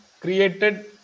created